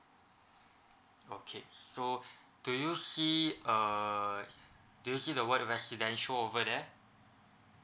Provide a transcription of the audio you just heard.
okay so do you see uh do you see the word residential over there